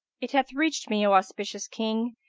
it hath reached me, o auspicious king,